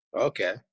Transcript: Okay